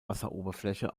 wasseroberfläche